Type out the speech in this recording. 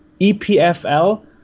EPFL